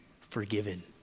forgiven